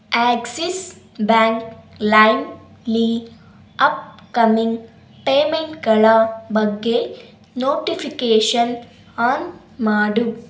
Axis bank ಲೈಮಲ್ಲಿ upcoming ಪೇಮೆಂಟ್ಗಳ ಬಗ್ಗೆ ನೋಟಿಫಿಕೇಷನ್ ಆನ್ ಮಾಡು